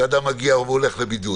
שאדם מגיע והולך לבידוד.